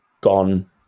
gone